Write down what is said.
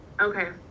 Okay